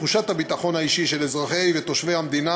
תחושת הביטחון האישי של אזרחי ותושבי המדינה,